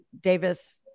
davis